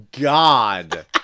God